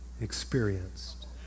experienced